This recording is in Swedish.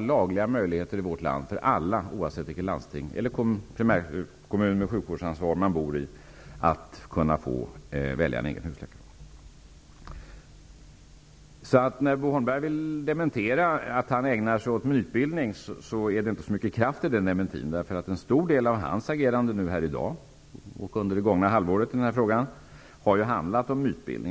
lagliga möjligheter i vårt land för alla, oavsett vilket landsting eller vilken primärkommun med sjukvårdsansvar man bor i, att välja en egen husläkare. Bo Holmberg vill dementera att han ägnar sig åt mytbildning. Det finns inte särskilt mycket kraft i den dementin. En stor del av Bo Holmbergs agerande här i dag liksom under det gångna halvåret i den här frågan har handlat om mytbildning.